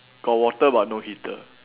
got water but no heater